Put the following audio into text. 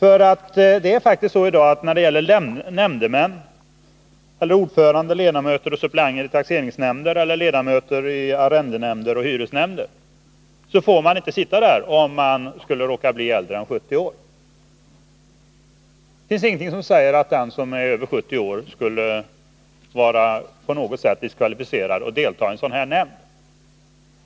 I dag får faktiskt nämndemän, ordförande, ledamöter och suppleanter i taxeringsnämnder samt ledamöter i arrendenämnder och hyresnämnder inte vara äldre än 70 år. Det finns ingenting som säger att den som är över 70 år på något sätt skulle vara diskvalificerad att delta i en sådan nämnd.